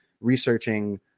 researching